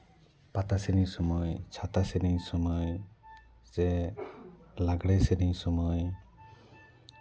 ᱯᱟᱛᱟ ᱥᱮᱨᱮᱧ ᱥᱚᱢᱚᱭ ᱪᱷᱟᱛᱟ ᱥᱮᱨᱮᱧ ᱥᱚᱢᱚᱭ ᱥᱮ ᱞᱟᱜᱽᱲᱮ ᱥᱮᱨᱮᱧ ᱥᱚᱢᱚᱭ